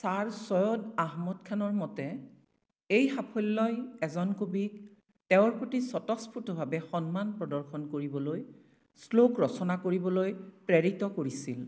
sir Syed Ahmad খানৰ মতে এই সাফল্যই এজন কবিক তেওঁৰ প্ৰতি স্বতঃস্ফূতভাৱে সন্মান প্ৰদৰ্শন কৰিবলৈ শ্লোক ৰচনা কৰিবলৈ প্ৰেৰিত কৰিছিল